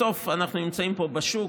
בסוף, אנחנו נמצאים פה בשוק,